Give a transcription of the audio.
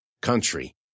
Country